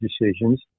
decisions